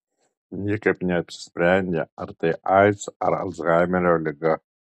niekaip neapsisprendė ar tai aids ar alzheimerio liga